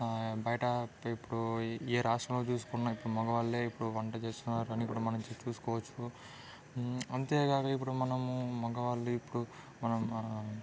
బయట ఇప్పుడు ఏ రాష్ట్రంలో చూసుకున్న ఇప్పుడు మగవాళ్లే వంట చేస్తున్నారని ఇప్పుడు మనం చూసుకోవచ్చు అంతేగాక ఇప్పుడు మనము మగవాళ్లు ఇప్పుడు మనం మన